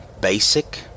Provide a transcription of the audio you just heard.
basic